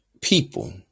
people